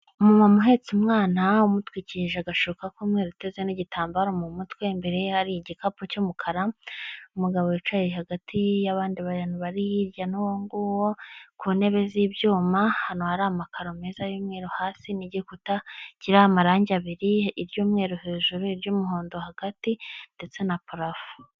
Umumama uhetse umwana, umutwikije agashuka k'umweru, uteze n'igitambaro mu mutwe, imbere ye hari igikapu cy'umukara, umugabo wicaye hagati y'abandi bantu bari hirya n'wo nguwo, ku ntebe z'ibyuma hano hari amakaro meza y'umweru hasi, n'igikuta kiri amarangi abiri y'umweru, hejuru y'umuhondo hagati ndetse na parafu.